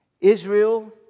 Israel